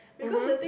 mmhmm